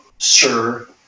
sir